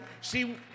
See